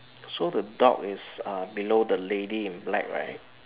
so the dog is uh below the lady in black right